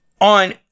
on